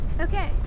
Okay